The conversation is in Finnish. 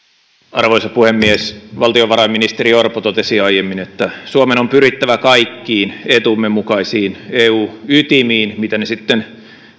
arvoisa puhemies valtiovarainministeri orpo totesi jo aiemmin että suomen on pyrittävä kaikkiin etumme mukaisin eu ytimiin mitä ne sitten